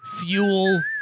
Fuel